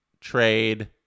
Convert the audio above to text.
Trade